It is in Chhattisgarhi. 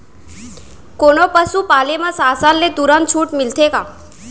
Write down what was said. कोनो पसु पाले म शासन ले तुरंत छूट मिलथे का?